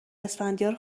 اسفندیار